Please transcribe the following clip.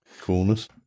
Coolness